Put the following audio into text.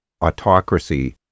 autocracy